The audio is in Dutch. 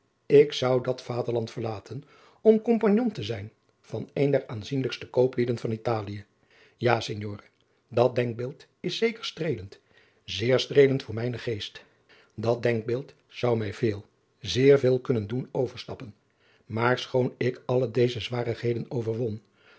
ik zou dat vaderland verlaten om kompagnon te zijn van een der aanzienlijkste kooplieden van italie ja signore dat denkbeeld is zeker streelend zeer streelend voor mijnen geest dat denkbeeld zou mij veel zeer veel kunnen doen overstappen maar schoon ik alle deze zwarigheden overwon